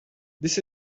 this